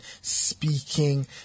speaking